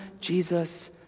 Jesus